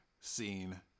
scene